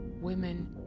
women